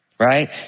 Right